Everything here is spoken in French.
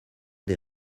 des